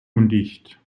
undicht